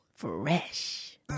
fresh